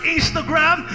Instagram